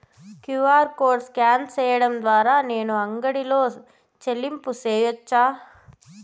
QR code scan సేయడం ద్వారా నేను అంగడి లో చెల్లింపులు సేయొచ్చా?